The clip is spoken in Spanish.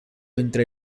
entre